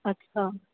अच्छा